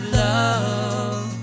love